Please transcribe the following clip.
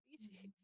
species